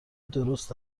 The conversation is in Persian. درست